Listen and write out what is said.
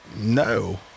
no